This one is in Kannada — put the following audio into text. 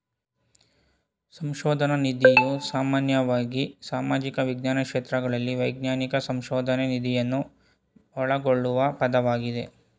ಸಂಶೋಧನ ನಿಧಿಯು ಸಾಮಾನ್ಯವಾಗಿ ಸಾಮಾಜಿಕ ವಿಜ್ಞಾನ ಕ್ಷೇತ್ರಗಳಲ್ಲಿ ವೈಜ್ಞಾನಿಕ ಸಂಶೋಧನ್ಗೆ ನಿಧಿಯನ್ನ ಒಳಗೊಳ್ಳುವ ಪದವಾಗಿದೆ